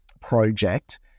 project